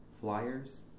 flyers